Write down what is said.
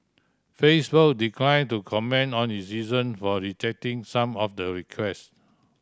facebook declined to comment on its reason for rejecting some of the request